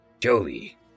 Joey